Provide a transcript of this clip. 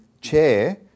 chair